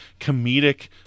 comedic